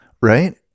right